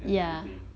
and everything